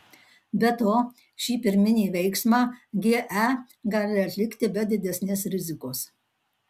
be to šį pirminį veiksmą ge gali atlikti be didesnės rizikos